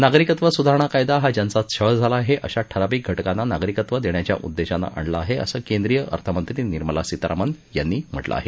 नागरिकत्व सुधारणा कायदा हा ज्यांचा छळ झाला आहे अशा ठराविक घटकांना नागरिकत्व देण्याच्या उद्देशानं आणला आहे असं केंद्रीय अर्थमंत्री निर्मला सीतारामन यांनी म्हटलं आहे